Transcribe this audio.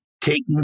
taking